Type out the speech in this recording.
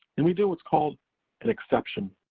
and we do what's called an exception.